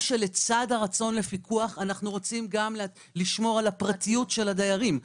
שלצד הרצון לפיקוח אנחנו רוצים לשמור על הפרטיות של הדיירים.